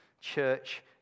Church